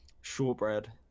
shortbread